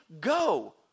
go